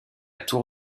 tour